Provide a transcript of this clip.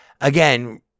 again